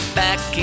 back